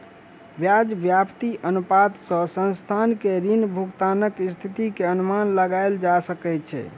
ब्याज व्याप्ति अनुपात सॅ संस्थान के ऋण भुगतानक स्थिति के अनुमान लगायल जा सकै छै